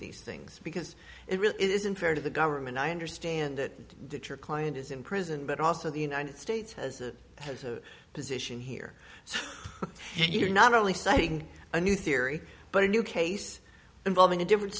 prefix things because it really isn't fair to the government i understand it that your client is in prison but also the united states has a has a position here so you're not only citing a new theory but a new case involving a different